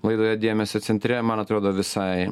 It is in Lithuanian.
laidoje dėmesio centre man atrodo visai